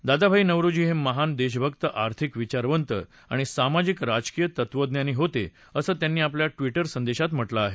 दादाभाई नौरोजी हे महान देशभक्तआर्थिक विचारवंत आणि सामाजिक राजकीय तत्त्वज्ञानी होतेअसं त्यांनी आपल्या ट्विटर संदेशात म्हटलं आहे